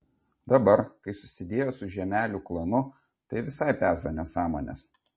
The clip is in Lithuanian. dabar kai susidėjo su žiemelių klanu tai visai peza nesąmones